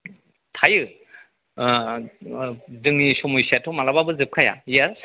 थायो जोंनि सम'स्याथ' मालाबाबो जोबखाया